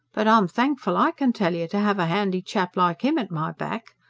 but i'm thankful, i can tell you, to have a handy chap like him at my back.